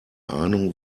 ahnung